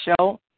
show